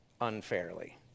unfairly